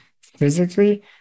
physically